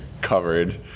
covered